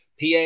PA